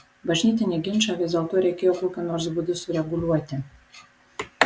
bažnytinį ginčą vis dėlto reikėjo kokiu nors būdu sureguliuoti